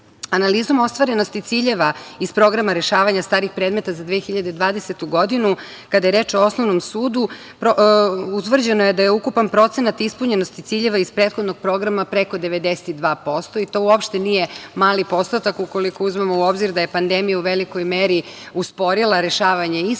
rad. Analizom ostvarenosti ciljeva iz programa rešavanja starih predmeta za 2020. godinu kada je reč o osnovnom sudu, utvrđeno je da je ukupan procenat ispunjenosti ciljeva iz prethodnog programa preko 92% i to uopšte nije mali posao, ako uzmemo u obzir da je pandemija u velikoj meri usporila rešavanje i starih